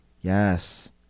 Yes